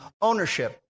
Ownership